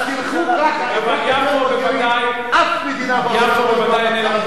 יפו בוודאי איננה,